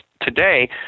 today